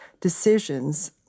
decisions